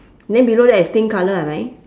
then below that is pink colour hai mai